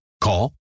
Call